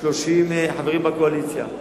30 חברים בקואליציה.